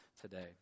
today